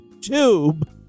tube